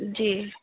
جی